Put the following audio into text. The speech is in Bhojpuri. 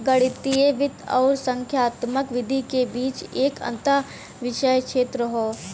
गणितीय वित्त आउर संख्यात्मक विधि के बीच एक अंतःविषय क्षेत्र हौ